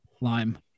Lime